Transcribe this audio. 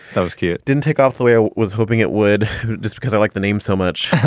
that was cute. didn't take off the way i was hoping it would just because i like the name so much,